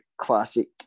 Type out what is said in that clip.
classic